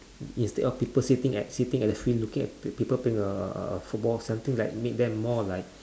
yes instead people sitting at sitting at the field looking at pe~ people playing uh football something like make them more like